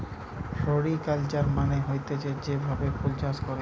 floriculture মানে হতিছে যেই ভাবে ফুল চাষ করে